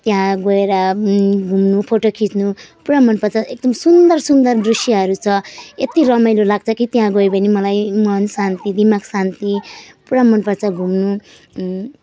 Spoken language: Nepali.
त्यहाँ गएर घुम्नु फोटो खिच्नु पुरा मनपर्छ एकदम सुन्दर सुन्दर दृश्यहरू छ यति रमाइलो लाग्छ कि त्यहाँ गयो भने मलाई मन शान्ति दिमाग शान्ति पुरा मनपर्छ घुम्नु